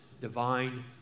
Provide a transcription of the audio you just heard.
divine